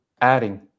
adding